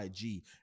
IG